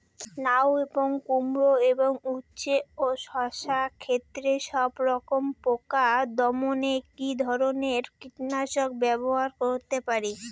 লাউ এবং কুমড়ো এবং উচ্ছে ও শসা ক্ষেতে সবরকম পোকা দমনে কী ধরনের কীটনাশক ব্যবহার করতে পারি?